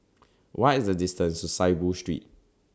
What IS The distance to Saiboo Street